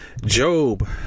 Job